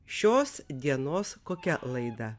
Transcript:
šios dienos kokia laida